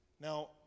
Now